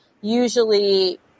usually